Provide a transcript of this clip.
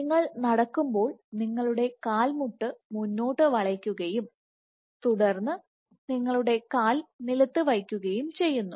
നിങ്ങൾ നടക്കുമ്പോൾ നിങ്ങളുടെ കാൽ മുന്നോട്ട്വയ്ക്കുകയും തുടർന്ന് നിങ്ങളുടെ കാൽ നിലത്തു വയ്ക്കുകയും ചെയ്യുന്നു